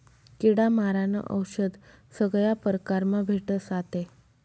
किडा मारानं औशद सगया परकारमा भेटस आते